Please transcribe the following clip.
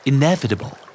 Inevitable